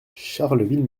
charleville